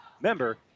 Member